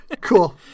Cool